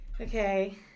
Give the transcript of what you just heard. okay